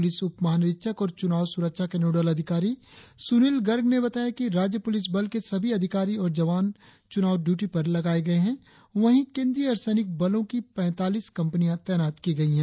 police उपमहानिरीक्षक और चुनाव सुरक्षा के नोडल अधिकारी सुनील गर्ग ने बताया कि राज्य पुलिस बल के सभी अधिकारी और जवान चुनाव ड्यूटी पर लगाए गए है वहीं केंद्रीय अर्धसैनिक बलों की पैतालीस कंपनियां तैनात की गई है